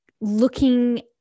looking